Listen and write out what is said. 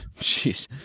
Jeez